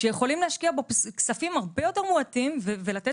כשיכולים להשקיע בו הרבה פחות כספים ולתת